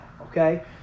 okay